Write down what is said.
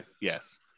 yes